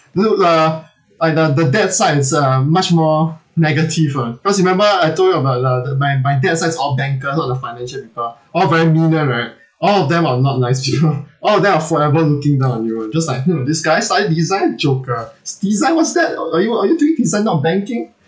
look lah like the the dad side is uh much more negative ah cause remember I told you about the the my my dad side is all banker a lot of financial people all very mean [one] right all of them are not nice you know all of them are forever looking down at you [one] just like hmm this guy study design joker si~ design what's that are you are you doing design not banking